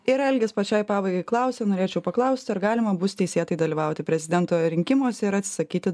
ir algis pačiai pabaigai klausia norėčiau paklausti ar galima bus teisėtai dalyvauti prezidento rinkimuose ir atsisakyti